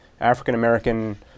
African-American